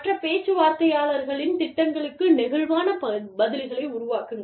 மற்ற பேச்சுவார்த்தையாளர்களின் திட்டங்களுக்கு நெகிழ்வான பதில்களை உருவாக்குங்கள்